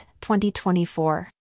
2024